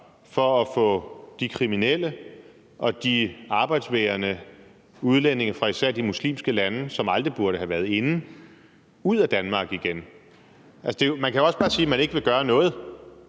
for at få de kriminelle og de arbejdsvægrende udlændinge fra især de muslimske lande, som aldrig burde have været inde, ud af Danmark igen? Man kan jo også bare sige, at man ikke vil gøre noget